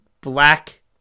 black